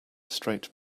straight